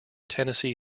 tennessee